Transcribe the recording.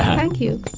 thank you.